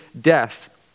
death